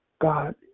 God